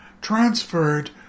transferred